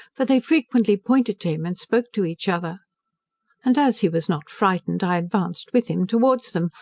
for they frequently pointed to him and spoke to each other and as he was not frightened, i advanced with him towards them,